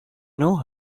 know